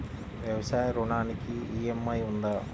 వ్యవసాయ ఋణానికి ఈ.ఎం.ఐ ఉందా?